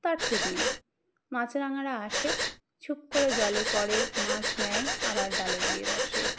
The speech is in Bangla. তার ঠিক নেই মাছরাঙারা আসে ছুপ করে জলে পরে মাছ নেয় আবার ডালে গিয়ে বসে